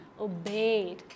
obeyed